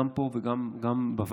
גם פה וגם בוועדה,